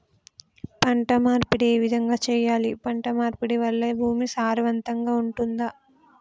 పంట మార్పిడి ఏ విధంగా చెయ్యాలి? పంట మార్పిడి వల్ల భూమి సారవంతంగా ఉంటదా?